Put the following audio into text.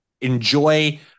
enjoy